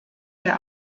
der